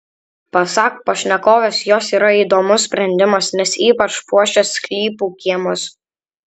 pasak pašnekovės jos yra įdomus sprendimas nes ypač puošia sklypų kiemus